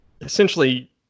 essentially